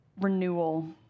renewal